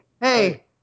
hey